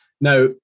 Now